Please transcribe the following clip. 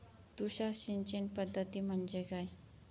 तुषार सिंचन पद्धती म्हणजे काय?